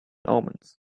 omens